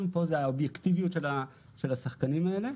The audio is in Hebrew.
כאן זאת האובייקטיביות של השחקנים האלה.